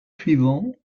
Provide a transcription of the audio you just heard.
suivant